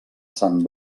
sant